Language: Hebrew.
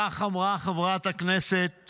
כך אמרה חברת הכנסת